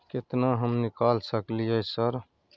केतना हम निकाल सकलियै सर?